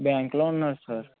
బ్యాంక్లో ఉన్నారు సార్